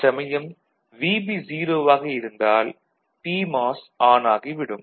அச்சமயம் VB 0 ஆக இருந்தால் பிமாஸ் ஆன் ஆகி விடும்